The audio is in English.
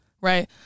right